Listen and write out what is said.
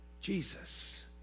Jesus